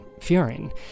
fearing